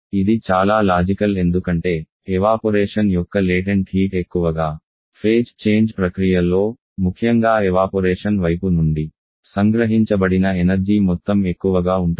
ఇది చాలా లాజికల్ ఎందుకంటే ఎవాపొరేషన్ యొక్క లేటెంట్ హీట్ ఎక్కువగా ఫేజ్ చేంజ్ ప్రక్రియ లో ముఖ్యంగా ఎవాపొరేషన్ వైపు నుండి సంగ్రహించబడిన ఎనర్జీ మొత్తం ఎక్కువగా ఉంటుంది